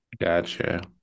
Gotcha